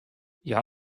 hja